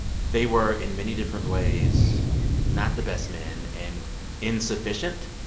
they were, in many different ways, not the best men and insufficient.